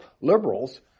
liberals